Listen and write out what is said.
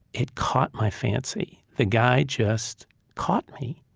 it caught my fancy, the guy just caught me.